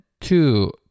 two